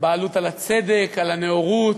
בעלות על הצדק, על הנאורות,